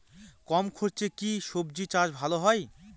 কম খরচে কি সবজি চাষ ভালো হয়?